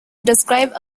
describe